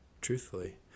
truthfully